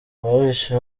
ababishe